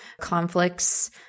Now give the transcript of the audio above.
conflicts